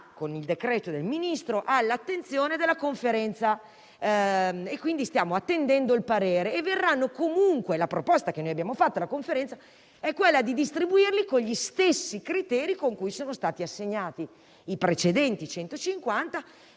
con il decreto del Ministro sono già all'attenzione della Conferenza, di cui stiamo attendendo il parere. La proposta che abbiamo fatto alla Conferenza è quella di distribuirli con gli stessi criteri con cui sono stati assegnati i precedenti 150